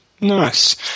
Nice